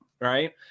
right